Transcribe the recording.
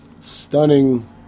stunning